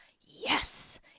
Yes